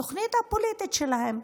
בתוכנית הפוליטית שלהם,